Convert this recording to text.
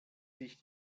sich